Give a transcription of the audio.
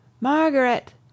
Margaret